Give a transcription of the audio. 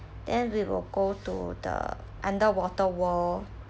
then we will go to the underwater world